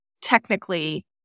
technically